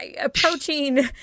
Approaching